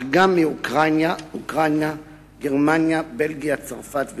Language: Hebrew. אך גם מאוקראינה, גרמניה, בלגיה, צרפת ועוד.